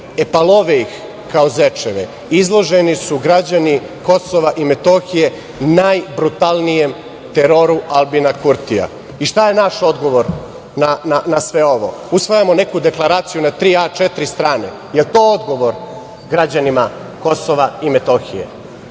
E, pa, love ih kao zečeve. Izloženi su građani Kosova i Metohije najbrutalnijem teroru Aljbina Kurtija i šta je naš odgovor na sve ovo? Usvajamo neku deklaraciju na tri A4 strane. Jel to odgovor građanima Kosova i Metohije?